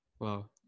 Wow